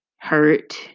Hurt